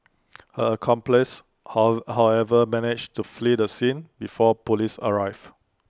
her accomplice how however managed to flee the scene before Police arrived